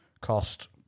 cost